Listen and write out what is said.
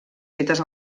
fetes